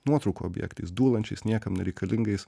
nuotraukų objektais dūlančiais niekam nereikalingais